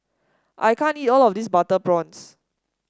I can't eat all of this Butter Prawns